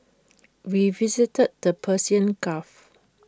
we visited the Persian gulf